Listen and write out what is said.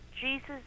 Jesus